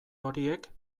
horiek